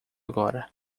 agora